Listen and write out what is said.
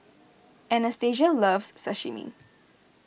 Anastasia loves Sashimi